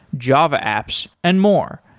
java apps and more.